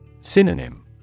Synonym